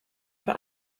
für